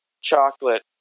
chocolate